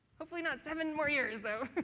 hopefully not seven more years though.